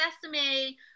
sesame